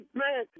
man